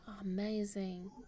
amazing